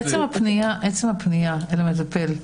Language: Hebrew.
עצם הפנייה אל המטפל,